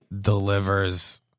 delivers